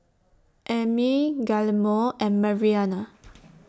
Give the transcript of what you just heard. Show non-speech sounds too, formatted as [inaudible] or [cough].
Ami Guillermo and Mariana [noise]